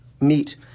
meet